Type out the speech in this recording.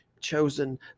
chosen